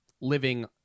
living